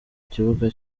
kibuga